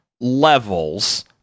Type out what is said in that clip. levels